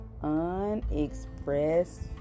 Unexpressed